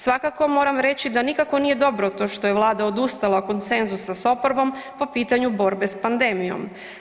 Svakako moram reći da nikako nije dobro to što je Vlada odustala od konsenzusa s oporbom po pitanju borbe s pandemijom.